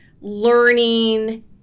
learning